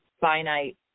finite